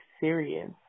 serious